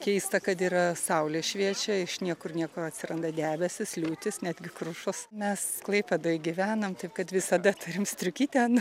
keista kad yra saulė šviečia iš niekur nieko atsiranda debesys liūtys netgi krušos mes klaipėdoj gyvenam taip kad visada turime striukytę